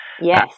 Yes